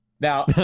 Now